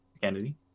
Kennedy